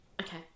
Okay